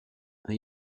are